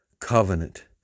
covenant